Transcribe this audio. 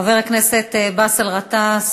חבר הכנסת באסל גטאס,